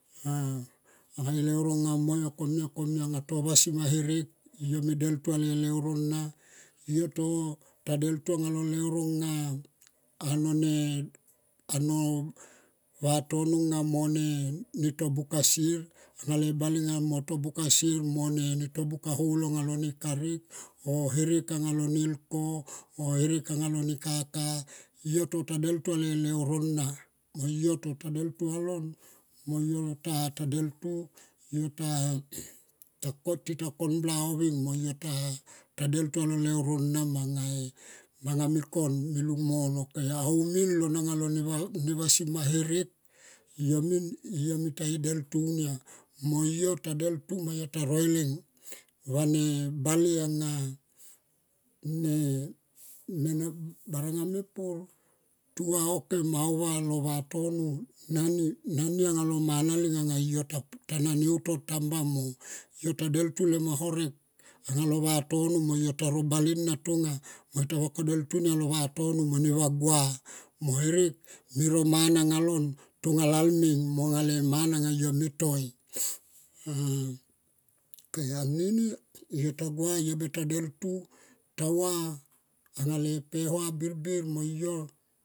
Anga e leuro amo yo komia komia anga to vasima herek anga yo tadeltu ale leuro na to tadeltu alo leuro nga ano ne ano vatono anga mo ne tobuka sier anga le bale nga mo to buka sier ne to buka holo alone karek oh herek anga lo nelko mo herek anga lo ne kaka. Yo tota deltu anga le leuro na yo ta teldu alon mo yo tota deltu ta tita conbla ohveng. Tadeltu alo leuro nama anga ma me kon me lung mo lo kehe. Okaun min ne vasima herek yo min, yo mita deltu mo yo ta roileng va bale anga e baranga mepur tuva okem au va lo vatono nani lo mana lo kem anang lo manate leng yo ta na neutortamba mo yo tadeltu lo ngom ta horek anga lo ne vatono mo ta ro bale to tonga mo yo ta vakadetu ni anga lo vaton mo nenga gua mo herek me ro mana anga lon tonga lalmeng anga yo me toi. Ok anini yo beta gua yo beta deltu tava anga le pe hua birbir mo yo.